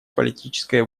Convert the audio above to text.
политической